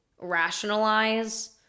rationalize